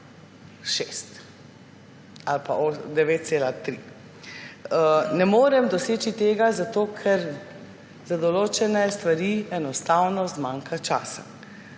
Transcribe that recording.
4,6 ali pa 9,3. Ne morem doseči tega, zato ker za določene stvari enostavno zmanjka časa.«